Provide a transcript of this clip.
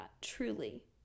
truly